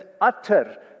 utter